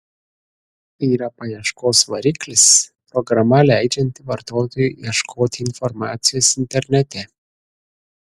yra paieškos variklis programa leidžianti vartotojui ieškoti informacijos internete